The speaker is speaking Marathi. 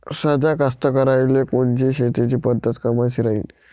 साध्या कास्तकाराइले कोनची शेतीची पद्धत कामाची राहीन?